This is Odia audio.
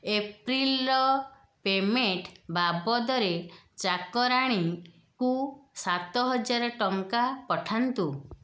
ଏପ୍ରିଲର ପେମେଣ୍ଟ ବାବଦରେ ଚାକରାଣୀଙ୍କୁ ସାତ ହଜାର ଟଙ୍କା ପଠାନ୍ତୁ